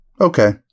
Okay